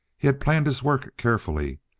he had planned his work carefully.